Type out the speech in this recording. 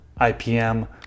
IPM